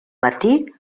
matí